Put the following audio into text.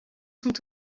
sont